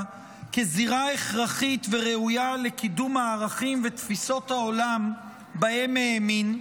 כזירה הכרחית וראויה לקידום הערכים ותפיסות העולם שבהם האמין,